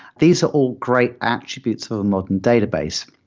these are all great attributes of a modern database.